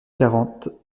quarante